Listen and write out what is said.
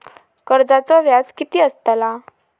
कर्जाचो व्याज कीती असताला?